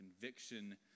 conviction